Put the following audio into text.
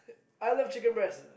I love chicken breast